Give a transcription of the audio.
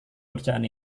pekerjaan